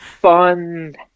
fun